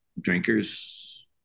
drinkers